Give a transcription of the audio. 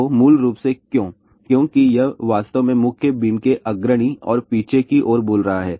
तो मूल रूप से क्यों क्योंकि यह वास्तव में मुख्य बीम के अग्रणी और पीछे की ओर बोल रहा है